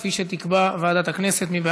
כפי שתקבע ועדת הכנסת.